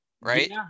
Right